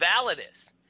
Validus